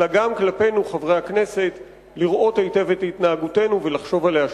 אלא גם כלפינו חברי הכנסת: לראות היטב את התנהגותנו ולחשוב עליה שוב.